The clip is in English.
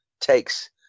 takes